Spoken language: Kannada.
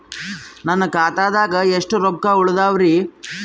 ನನ್ನ ಖಾತಾದಾಗ ಎಷ್ಟ ರೊಕ್ಕ ಉಳದಾವರಿ?